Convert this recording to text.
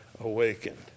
awakened